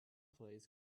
plays